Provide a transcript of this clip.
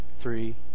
three